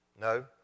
No